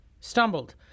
stumbled